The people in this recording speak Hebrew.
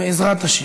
בעזרת השם.